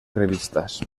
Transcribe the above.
revistas